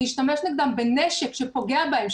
להשתמש נגדם בנשק שפוגע בהם,